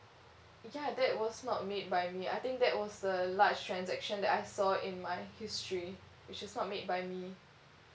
ya that was not made by me I think that was the large transaction that I saw in my history which is not made by me